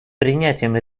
принятием